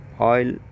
oil